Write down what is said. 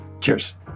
cheers